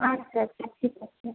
আচ্ছা আচ্ছা ঠিক আছে